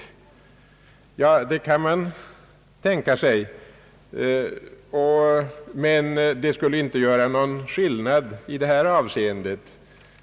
Man kan tänka sig ett sådant grundlagsskydd, men detta skulle inte göra någon skillnad i det här avseendet.